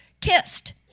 kissed